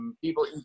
People